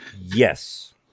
Yes